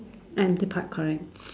and the part correct